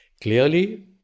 Clearly